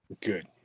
good